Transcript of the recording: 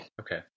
Okay